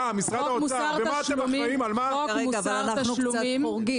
חוק מוסר תשלומים